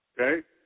okay